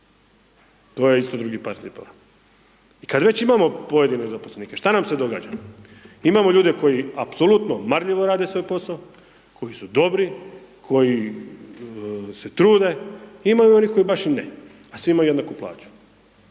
To je isto drugi par cipela. I kad već imamo pojedine zaposlenike šta nam se događa, imamo ljude koji apsolutno marljivo rade svoj posao, koji su dobri, koji se trude, ima i onih koji baš i ne, a svi imaju jednaku plaću.